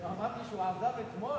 אמרתי שהוא עזב אתמול,